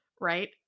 right